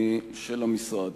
של המשרד.